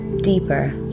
deeper